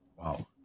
Wow